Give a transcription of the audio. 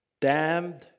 damned